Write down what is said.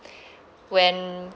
when